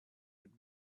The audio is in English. would